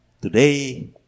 Today